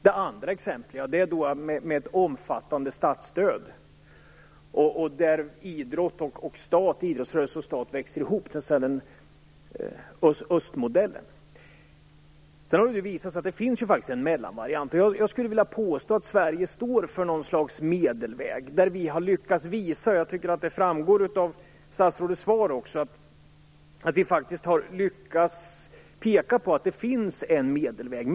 Det andra exemplet handlar om omfattande statsstöd. Idrottsrörelse och stat växer ihop i östmodellen. Det har visat sig att det faktiskt finns en mellanvariant. Jag skulle vilja påstå att Sverige står för något slags medelväg. Det framgår av statsrådets svar att vi faktiskt har lyckats visa att det finns en medelväg.